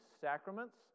sacraments